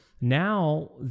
now